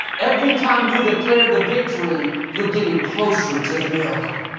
every time you declare the victory, you're getting closer to the miracle.